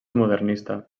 modernista